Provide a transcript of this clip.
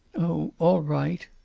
oh, all right.